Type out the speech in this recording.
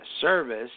Service